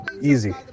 Easy